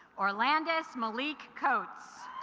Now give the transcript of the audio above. or landis malik coats